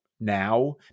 now